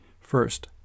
First